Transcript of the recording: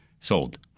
sold